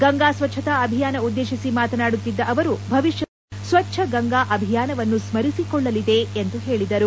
ಗಂಗಾ ಸ್ವಚ್ದತಾ ಅಭಿಯಾನ ಉದ್ದೇಶಿಸಿ ಮಾತನಾಡುತ್ತಿದ್ದ ಅವರು ಭವಿಷ್ಣದ ತಲೆಮಾರು ಸ್ವಚ್ದ ಗಂಗಾ ಅಭಿಯಾನವನ್ನು ಸ್ಲರಿಸಿಕೊಳ್ಳಲಿದೆ ಎಂದು ಹೇಳಿದರು